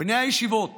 בני הישיבות